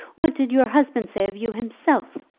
what did your husband say of you himself?